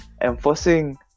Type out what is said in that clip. enforcing